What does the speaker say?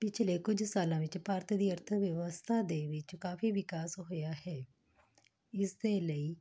ਪਿਛਲੇ ਕੁਝ ਸਾਲਾਂ ਵਿੱਚ ਭਾਰਤ ਦੀ ਅਰਥ ਵਿਵਸਥਾ ਦੇ ਵਿੱਚ ਕਾਫ਼ੀ ਵਿਕਾਸ ਹੋਇਆ ਹੈ ਇਸ ਦੇ ਲਈ